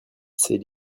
ces